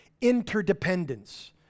interdependence